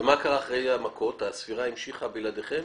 ומה קרה אחרי המכות, הספירה המשיכה בלעדיכם?